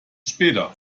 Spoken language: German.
später